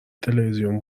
تلویزیون